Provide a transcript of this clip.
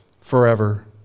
forever